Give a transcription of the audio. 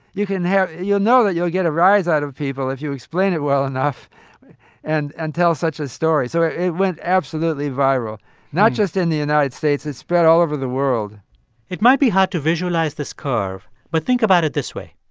you can have you'll know that you'll get a rise out of people if you explain it well enough and and tell such a story. so it went absolutely viral not just in the united states, it spread all over the world it might be hard to visualize this curve, but think about it this way.